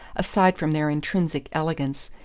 aside from their intrinsic elegance,